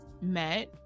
met